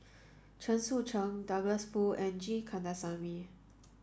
Chen Sucheng Douglas Foo and G Kandasamy